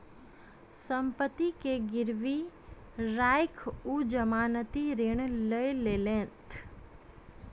सम्पत्ति के गिरवी राइख ओ जमानती ऋण लय लेलैथ